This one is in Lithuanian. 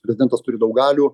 prezidentas turi daug galių